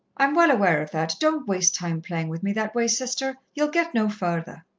i'm well aware of that. don't waste time playing with me that way, sister, ye'll get no further.